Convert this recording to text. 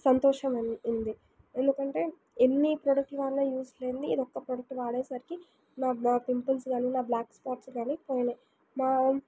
సంతోషం అంది ఉంది ఎందుకంటే ఎన్ని ప్రోడక్ట్లు వాడిన యూస్ లేనిది ఇదొక్క ప్రోడక్ట్ వాడే సరికి నా నా పింపుల్స్ గానీ నా బ్ల్యాక్ స్పాట్స్ గానీ పోయినాయి మా